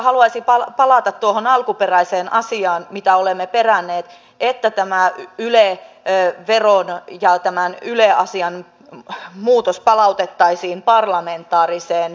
oikeastaan haluaisin palata tuohon alkuperäiseen asiaan mitä olemme peränneet että tämä yle veron ja tämän yle asian muutos palautettaisiin parlamentaariseen valmisteluun